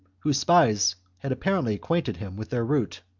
whose spies had apparently acquainted him with their route.